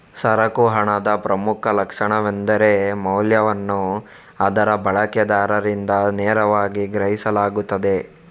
ಸರಕು ಹಣದ ಪ್ರಮುಖ ಲಕ್ಷಣವೆಂದರೆ ಮೌಲ್ಯವನ್ನು ಅದರ ಬಳಕೆದಾರರಿಂದ ನೇರವಾಗಿ ಗ್ರಹಿಸಲಾಗುತ್ತದೆ